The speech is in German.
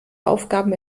aufgaben